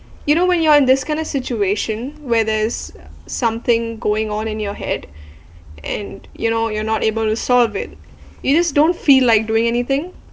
you know when you're in this kind of situation where there's something going on in your head and you know you're not able to solve it you just don't feel like doing anything